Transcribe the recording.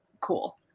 cool